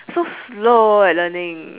so slow at learning